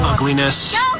Ugliness